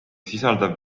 sisaldab